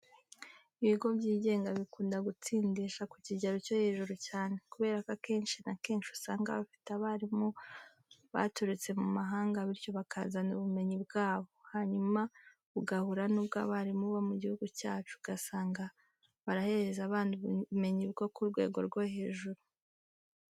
Ibigo byigenga bikunda gutsindisha ku kigero cyo hejuru cyane, kubera ko akenshi na kenshi usanga bafite abarimu baturutse mu muhanga, bityo bakazana ubumenyi bwabo, hanyuma bugahura n'ubw'abarimu bo mu gihugu cyacu, ugasanga barahereza abana ubumenyi bwo ku rwego rwo hejuru.